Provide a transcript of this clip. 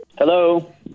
Hello